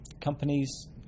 Companies